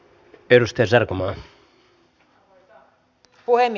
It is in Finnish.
arvoisa puhemies